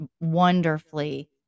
wonderfully